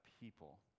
people